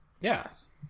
Yes